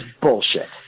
bullshit